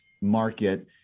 market